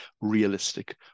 realistic